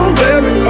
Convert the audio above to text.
baby